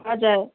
हजुर